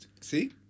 See